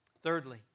Thirdly